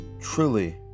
truly